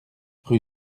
rue